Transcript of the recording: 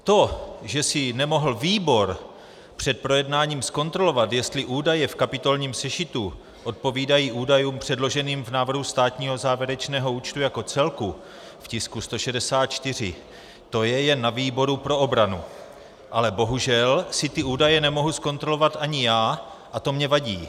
To, že si nemohl výbor před projednáním zkontrolovat, jestli údaje v kapitolním sešitu odpovídají údajům předloženým v návrhu státního závěrečného účtu jako celku v tisku 164, to je jen na výboru pro obranu, ale bohužel si ty údaje nemohu zkontrolovat ani já a to mně vadí.